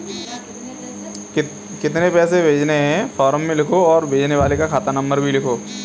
कितने पैसे भेजने हैं फॉर्म में लिखो और भेजने वाले खाता नंबर को भी लिखो